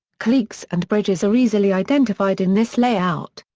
cliques and bridges are easily identified in this layout.